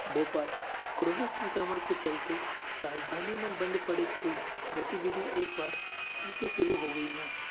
Bhopal corona संक्रमण के चलते ही राजधानी में बंद पड़े खेल गतिविधि एक बार फिर से शुरू हो गई है